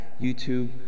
YouTube